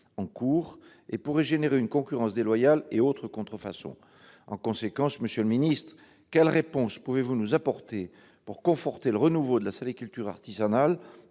en cours et pourrait encourager concurrence déloyale et autres contrefaçons. En conséquence, monsieur le ministre, quelles réponses pouvez-vous nous apporter pour conforter le renouveau de la saliculture artisanale,